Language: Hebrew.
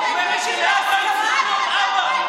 משפחתיים, בהסכמה.